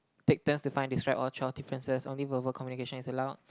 take turns to find this right all twelve differences only verbal communication is allowed